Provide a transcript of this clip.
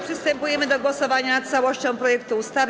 Przystępujemy do głosowania nad całością projektu ustawy.